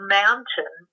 mountain